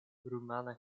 rumana